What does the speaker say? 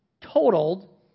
totaled